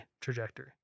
trajectory